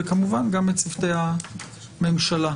וכמובן גם לצוותי הממשלה.